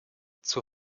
zur